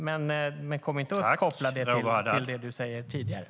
Men koppla det inte till det du säger tidigare.